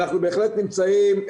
אנחנו בהחלט נמצאים,